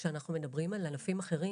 כשאנחנו מדברים על ענפים אחרים,